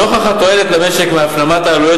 נוכח התועלת למשק מהפנמת העלויות